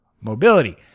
mobility